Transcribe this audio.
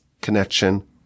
connection